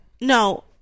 no